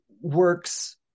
works